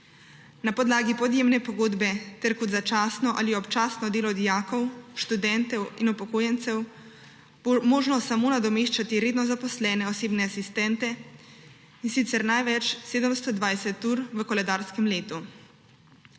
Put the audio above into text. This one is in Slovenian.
Na podlagi podjemne pogodbe ter kot začasno ali občasno delo dijakov, študentov in upokojencev bo možno samo nadomeščati redno zaposlene osebne asistente, in sicer največ 720 ur v koledarskem letu.